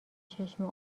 چشم